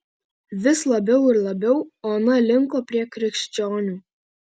vis labiau ir labiau ona linko prie krikščionių